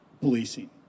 policing